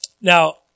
Now